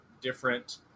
different